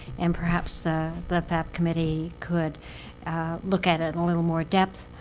and perhaps ah the fab committee could look at it in a little more depth